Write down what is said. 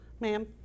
Ma'am